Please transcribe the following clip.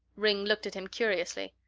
ringg looked at him curiously.